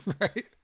Right